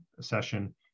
session